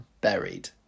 Buried